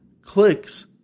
clicks